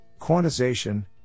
quantization